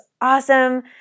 awesome